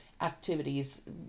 activities